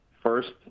First